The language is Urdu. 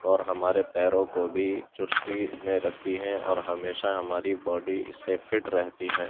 اور ہمارے پیروں کو بھی چستی میں رکھتی ہیں اور ہمیشہ ہماری باڈی اس سے فٹ رہتی ہے